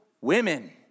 women